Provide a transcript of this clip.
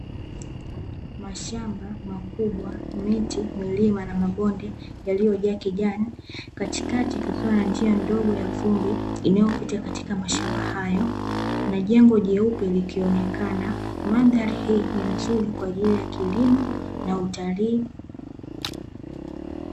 Mashamba makubwa, miti, milima na mabonde yaliyojaa kijani katikati kukiwa na njia ndogo ya vumbi inayopita katika mashamba hayo, na jengo jeupe likionekana. Mandhari hii ni nzuri kwa ajili ya kilimo na utalii.